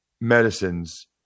medicines